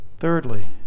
Thirdly